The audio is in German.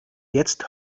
jetzt